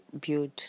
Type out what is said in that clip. build